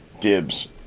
dibs